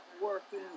working